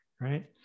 right